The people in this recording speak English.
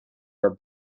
are